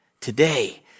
today